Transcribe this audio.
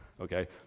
Okay